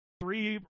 three